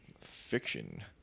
fiction